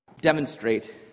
demonstrate